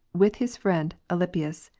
with his friend alypius.